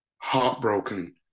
Heartbroken